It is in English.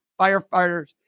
firefighters